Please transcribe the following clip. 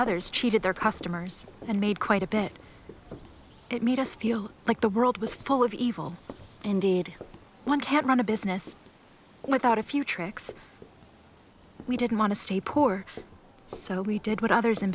others cheated their customers and made quite a bit it made us feel like the world was full of evil indeed one can't run a business without a few tricks we didn't want to stay poor so we did what others in